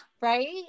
Right